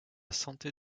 santé